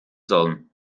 sollen